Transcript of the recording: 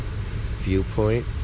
viewpoint